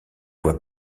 voit